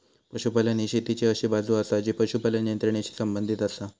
पशुपालन ही शेतीची अशी बाजू आसा जी पशुपालन यंत्रणेशी संबंधित आसा